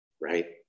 right